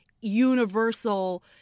universal